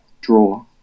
draw